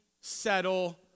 settle